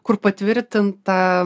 kur patvirtinta